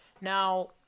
Now